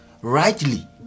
rightly